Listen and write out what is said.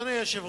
אלכס,